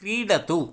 क्रीडतु